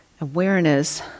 awareness